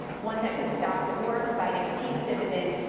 one that could stop the war, providing a peace dividend,